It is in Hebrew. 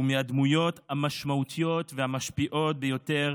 הוא מהדמויות המשמעותיות והמשפיעות ביותר